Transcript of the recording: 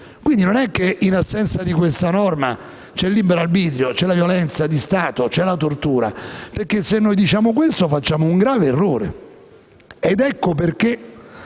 Quindi, non è che in assenza di questa norma c'è il libero arbitrio, ci sono la violenza di Stato e la tortura. Se diciamo questo, facciamo un grave errore.